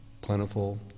plentiful